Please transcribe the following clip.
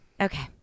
Okay